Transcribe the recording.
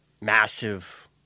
massive